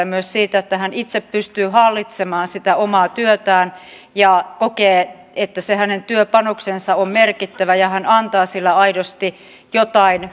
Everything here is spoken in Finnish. myös siitä että ihminen itse pystyy hallitsemaan sitä omaa työtään ja kokee että se hänen työpanoksensa on merkittävä ja hän antaa sillä aidosti jotain